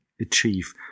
achieve